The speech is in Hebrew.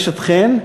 יש אתכן,